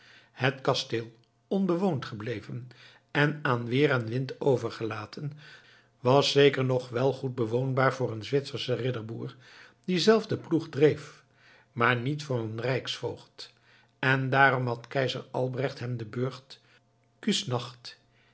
het kasteel onbewoond gebleven en aan weer en wind overgelaten was zeker nog wel goed bewoonbaar voor een zwitserschen ridderboer die zelf den ploeg dreef maar niet voor een rijksvoogd en daarom had keizer albrecht hem den burcht